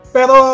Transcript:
Pero